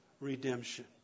redemption